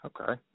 Okay